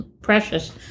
precious